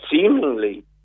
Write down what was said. Seemingly